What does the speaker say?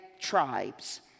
tribes